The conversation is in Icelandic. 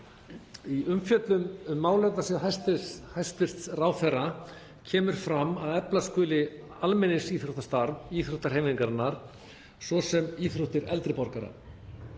Í umfjöllun um málefnasvið hæstv. ráðherra kemur fram að efla skuli almenningsíþróttastarf íþróttahreyfingarinnar, svo sem íþróttir eldri borgara.